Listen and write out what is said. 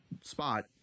spot